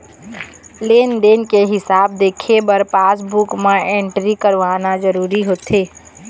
लेन देन के हिसाब देखे बर पासबूक म एंटरी करवाना जरूरी होथे